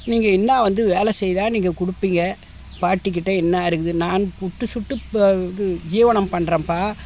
நீங்கள் என்ன வந்து வேலை செய்தால் நீங்கள் கொடுப்பிங்க பாட்டிக்கிட்ட என்ன இருக்குது நான் புட்டு சுட்டு இது ஜீவனம் பண்ணுறேன்ப்பா